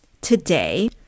today